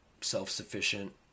self-sufficient